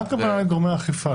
מה זאת אומרת גורמי אכיפה?